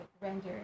render